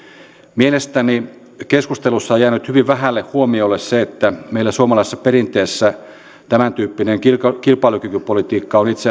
mielestäni keskustelussa on jäänyt hyvin vähälle huomiolle se että meillä suomalaisessa perinteessä tämäntyyppinen kilpailukykypolitiikka on itse